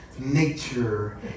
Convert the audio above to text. nature